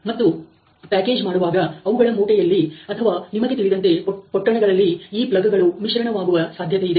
ಮತ್ತು ಪ್ಯಾಕೇಜ್ ಮಾಡುವಾಗ ಅವುಗಳ ಮೂಟೆಯಲ್ಲಿ ಅಥವಾ ನಿಮಗೆ ತಿಳಿದಂತೆ ಪೊಟ್ಟಣಗಳಲ್ಲಿ ಈ ಪ್ಲಗ್'ಗಳು ಮಿಶ್ರಣವಾಗುವ ಸಾಧ್ಯತೆಯಿದೆ